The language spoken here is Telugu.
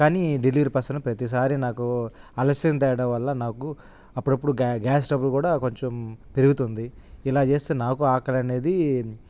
కానీ డెలివరీ పర్సను ప్రతిసారి నాకు ఆలస్యం తేవడం వల్ల నాకు అప్పుడప్పుడు గ్యా గ్యాస్ ట్రబుల్ కూడా కొంచెం పెరుగుతుంది ఇలా చేస్తే నాకు ఆకలి అనేది